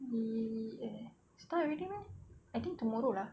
we eh start already meh I think tomorrow lah